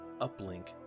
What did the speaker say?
uplink